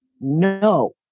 No